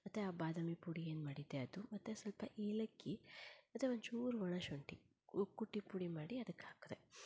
ಮತ್ತೆ ಆ ಬಾದಾಮಿ ಪುಡಿ ಏನ್ಮಾಡಿದ್ದೆ ಅದು ಮತ್ತೆ ಸ್ವಲ್ಪ ಏಲಕ್ಕಿ ಮತ್ತೆ ಒಂಚೂರು ಒಣಶುಂಠಿ ಕುಟ್ಟಿ ಪುಡಿ ಮಾಡಿ ಅದಕ್ಕೆ ಹಾಕಿದೆ